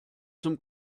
zum